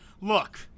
look